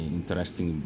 interesting